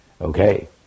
Okay